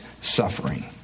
suffering